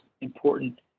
important